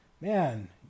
Man